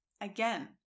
again